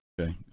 okay